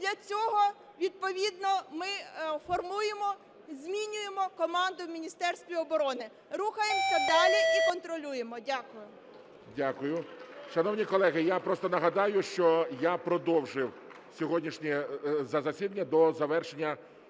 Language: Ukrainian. для цього відповідно ми формуємо, змінюємо команду в Міністерстві оброни. Рухаємося далі і контролюємо. Дякую. ГОЛОВУЮЧИЙ. Дякую. Шановні колеги, я просто нагадаю, що я продовжив сьогоднішнє засідання до завершення